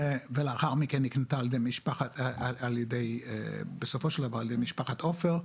ולאחר מכן נקנתה בסופו של דבר על ידי משפחת עופר,